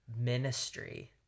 ministry